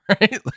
right